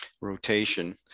Rotation